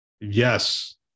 Yes